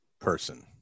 person